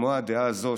כמו הדעה הזאת,